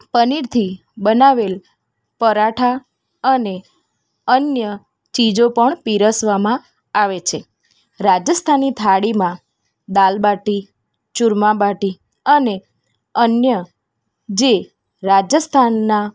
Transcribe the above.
પનીરથી બનાવેલાં પરાઠાં અને અન્ય ચીજો પણ પીરસવામાં આવે છે રાજસ્થાની થાળીમાં દાળ બાટી ચુરમા બાટી અને અન્ય જે રાજસ્થાનના